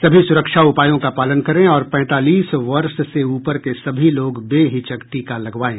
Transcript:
सभी सुरक्षा उपायों का पालन करें और पैंतालीस वर्ष से ऊपर के सभी लोग बेहिचक टीका लगवाएं